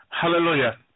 Hallelujah